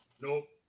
Nope